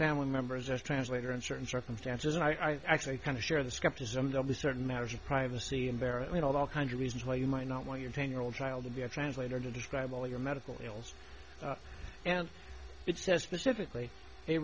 family members as translator in certain circumstances and i actually kind of share the skepticism they'll be certain matters of privacy embarrassment all kinds of reasons why you might not want your ten year old child to be a translator to describe all your medical bills and it says specifically the